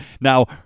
Now